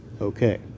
okay